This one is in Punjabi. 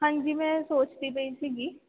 ਹਾਂਜੀ ਮੈਂ ਸੋਚਦੀ ਪਈ ਸੀਗੀ